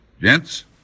Gents